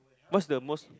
what's the most